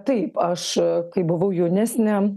taip aš kai buvau jaunesnė